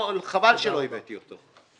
חבל שלא הבאתי אותו לכאן.